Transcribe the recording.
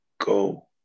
go